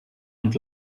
und